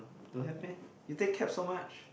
don't have meh you take cab so much